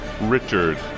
Richard